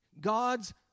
God's